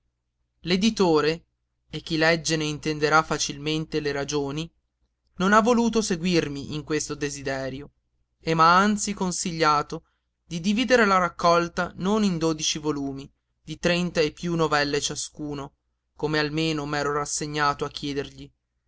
piú l'editore e chi legge ne intenderà facilmente le ragioni non ha voluto seguirmi in questo desiderio e m'ha anzi consigliato di dividere la raccolta non in dodici volumi di trenta e piú novelle ciascuno come almeno m'ero rassegnato a chiedergli